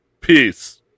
peace